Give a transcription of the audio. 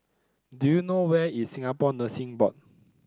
do you know where is Singapore Nursing Board